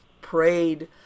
prayed